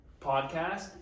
podcast